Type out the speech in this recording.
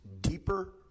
deeper